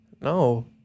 No